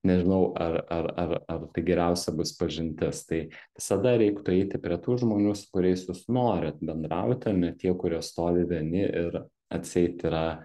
nežinau ar ar ar ar tai geriausia bus pažintis tai visada reiktų eiti prie tų žmonių su kuriais jūs norit bendrauti o ne tie kurie stovi vieni ir atseit yra